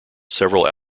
several